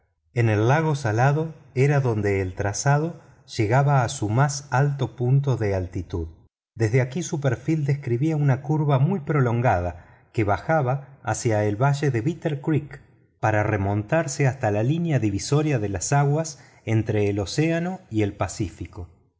en el lago salado era donde el trazado llegaba a su más alto punto de altitud desde aquí su perfil describía una curva muy prolongada que bajaba hacia el valle de bitter creek para remontarse hasta la línea divisoria de las aguas entre el océano y el pacífico